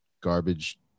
garbage